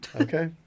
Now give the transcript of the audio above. Okay